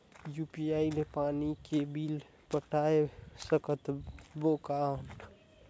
UPI ले पानी के बिल पटाय सकबो कौन?